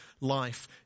life